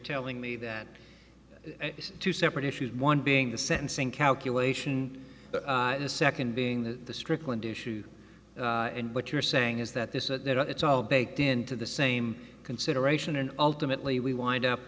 telling me that two separate issues one being the sentencing calculation and the second being the strickland issue and what you're saying is that this that it's all baked into the same consideration and ultimately we wind up